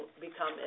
become